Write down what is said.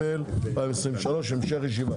התשפ"ג-2023 המשך ישיבה.